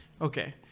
okay